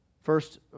First